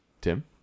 Tim